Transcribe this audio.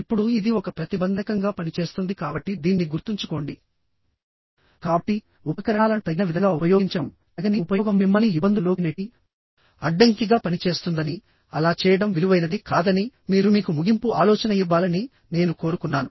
ఇప్పుడు ఇది ఒక ప్రతిబంధకంగా పనిచేస్తుంది కాబట్టి దీన్ని గుర్తుంచుకోండి కాబట్టిఉపకరణాలను తగిన విధంగా ఉపయోగించడం తగని ఉపయోగం మిమ్మల్ని ఇబ్బందుల్లోకి నెట్టి అడ్డంకిగా పనిచేస్తుందని అలా చేయడం విలువైనది కాదని మీరు మీకు ముగింపు ఆలోచన ఇవ్వాలని నేను కోరుకున్నాను